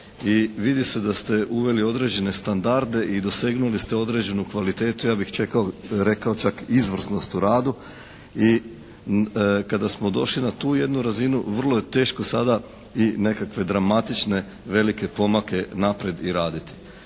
i vidi se da ste uveli određene standarde i dosegnuli ste određenu kvalitetu, ja bih rekao čak izvrsnost u radu. I kada smo došli na tu jednu razinu vrlo je teško sada i nekakve dramatične velike pomake naprijed i raditi.